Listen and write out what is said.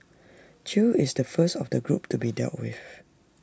chew is the first of the group to be dealt with